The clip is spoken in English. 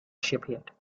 shipyard